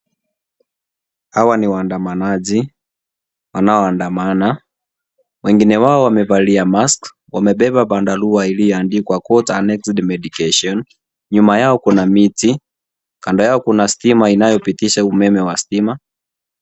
Hawa ni waandamanaji wanaoandamana, wengi wao wamevalia mask wamebeba bandalua iliyoandikwa court and exit medication nyuma yao kuna miti, kando yao kuna stima inayopitisha umeme ya stima.